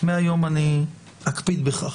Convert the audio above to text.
מהיום אני אקפיד בכך.